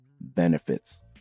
benefits